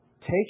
Take